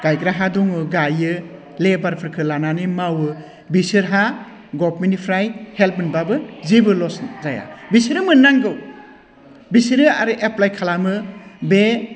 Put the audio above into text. गायग्रा हा दङ गाइयो लेभारफोरखौ लानानै मावो बिसोरहा गभमेन्टनिफ्राय हेल्प मोनबाबो जेबो लस जाया बिसोरो मोननांगौ बिसोरो आरो एप्लाइ खालामो बे